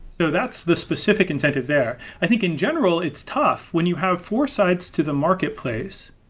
so that's the specific incentive there. i think, in general, it's tough. when you have four sides to the marketplace,